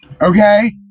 Okay